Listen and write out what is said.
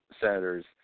senators